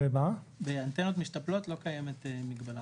באנטנות משתפלות לא קיימת מגבלה.